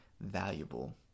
valuable